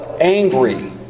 angry